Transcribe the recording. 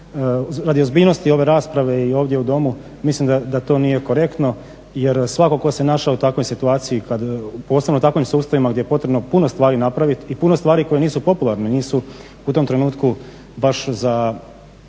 Radi ozbiljnosti ove rasprave i ovdje u Domu mislim da to nije korektno jer svatko tko se našao u takvoj situaciji posebno u takvim sustavima gdje je potrebno puno stvari napraviti i puno stvari koje nisu popularne, nisu u tom trenutku baš za